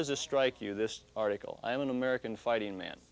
does this strike you this article i'm an american fighting man